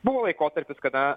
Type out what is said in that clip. buvo laikotarpis kada